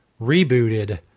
rebooted